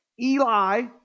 Eli